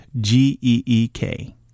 G-E-E-K